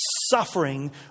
suffering